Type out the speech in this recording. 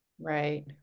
Right